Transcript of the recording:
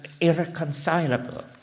irreconcilable